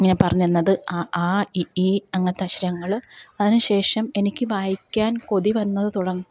ഇങ്ങനെ പറഞ്ഞു തന്നത് അ ആ ഇ ഈ അങ്ങനത്തെ അക്ഷരങ്ങൾ അതിനു ശേഷം എനിക്കു വായിക്കാന് കൊതി വന്നു തുടങ്ങി